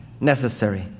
necessary